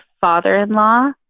father-in-law